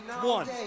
one